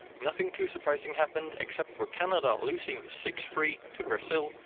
nothing too surprising happened except for canada losing six three to brazil.